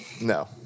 No